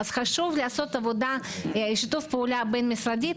חשוב לעשות עבודה ושיתוף פעולה בין-משרדי,